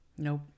Nope